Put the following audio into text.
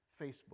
Facebook